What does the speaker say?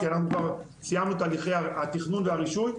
כי אנחנו כבר סיימנו את הליכי התכנון והרישוי.